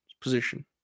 position